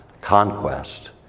Conquest